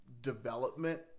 development